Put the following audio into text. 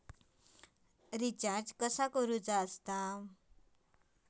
Recharge कसा करूचा?